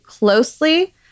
closely